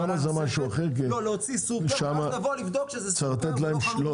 להוציא סופר ואז לבוא לבדוק שזה סופר.